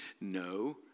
No